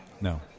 No